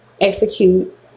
execute